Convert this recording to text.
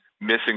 missing